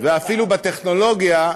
ואפילו בטכנולוגיה.